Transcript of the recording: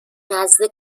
نزد